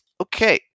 Okay